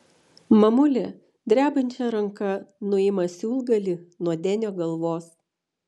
mamulė drebančia ranka nuima siūlgalį nuo denio galvos